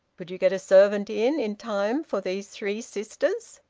could you get a servant in, in time for these three sisters?